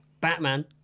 Batman